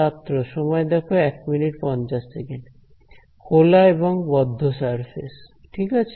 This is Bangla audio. ছাত্র সময় দেখো 0150 খোলা এবং বদ্ধ সারফেস ঠিক আছে